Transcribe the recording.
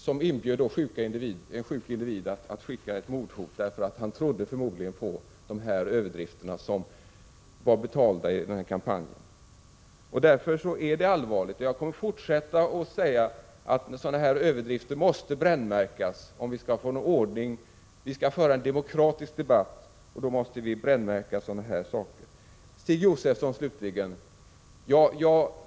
Den kampanjen inbjöd alltså en sjuk individ att skicka ett mordhot — han trodde förmodligen på överdrifterna i denna betalda kampanj. Detta är allvarligt, och jag kommer att fortsätta att hävda att sådana här överdrifter måste brännmärkas. Skall vi föra en demokratisk debatt, måste vi också brännmärka den här typen av uttalanden. Jag vänder mig slutligen till Stig Josefson.